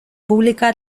pública